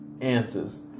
answers